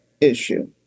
issue